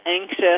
anxious